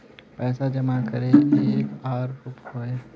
पैसा जमा करे के एक आर रूप होय है?